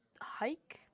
hike